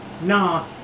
nah